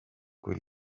kui